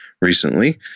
recently